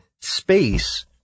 space